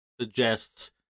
suggests